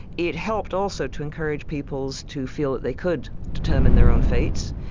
it helped also to encourage peoples to feel that they could determine their own fates.